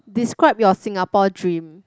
describe your Singapore dream